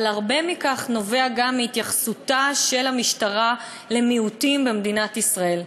אבל הרבה מכך נובע גם מהתייחסות המשטרה למיעוטים במדינת ישראל.